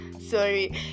sorry